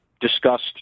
discussed